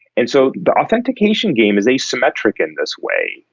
and so the authentication game is asymmetric in this way,